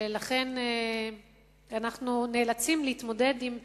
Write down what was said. ולכן אנחנו נאלצים להתמודד עם בעיה,